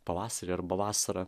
pavasarį arba vasarą